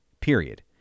Period